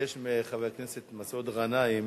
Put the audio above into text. ביקש מחבר הכנסת מסעוד גנאים